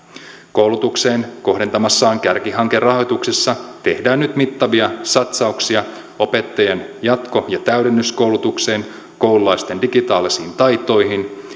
koulutukseen kohdentamassaan kärkihankerahoituksessa tehdään nyt mittavia satsauksia opettajien jatko ja täydennyskoulutukseen koululaisten digitaalisiin taitoihin